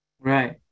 right